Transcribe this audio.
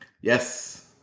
Yes